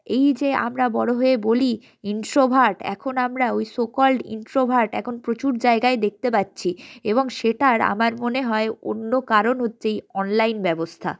এই যে আমরা বড়ো হয়ে বলি ইন্ট্রোভার্ট এখন আমরা ওই সো কলড ইন্ট্রোভার্ট এখন প্রচুর জায়গায় দেখতে পাচ্ছি এবং সেটার আমার মনে হয় অন্য কারণ হচ্ছে এই অনলাইন ব্যবস্থা